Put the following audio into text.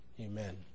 Amen